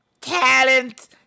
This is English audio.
talent